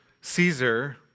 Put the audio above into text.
Caesar